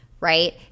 right